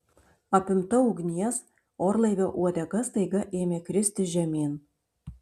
apimta ugnies orlaivio uodega staiga ėmė kristi žemyn